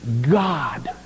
God